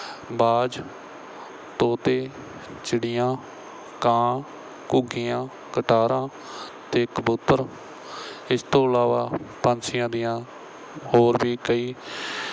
ਬਾਜ ਤੋਤੇ ਚਿੜੀਆਂ ਕਾਂ ਘੁੱਗੀਆਂ ਕਟਾਰਾਂ ਅਤੇ ਕਬੂਤਰ ਇਸ ਤੋਂ ਇਲਾਵਾ ਪੰਛੀਆਂ ਦੀਆਂ ਹੋਰ ਵੀ ਕਈ